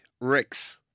Rex